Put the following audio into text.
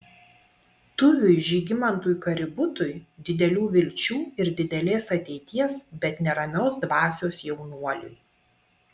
tuviui žygimantui kaributui didelių vilčių ir didelės ateities bet neramios dvasios jaunuoliui